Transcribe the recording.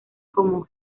como